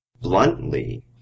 bluntly